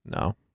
no